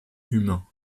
humains